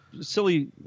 silly